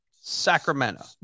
sacramento